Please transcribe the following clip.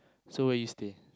so where you stay